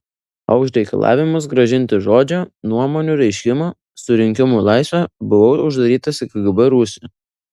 o už reikalavimus grąžinti žodžio nuomonių reiškimo susirinkimų laisvę buvau uždarytas į kgb rūsį